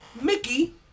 Mickey